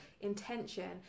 intention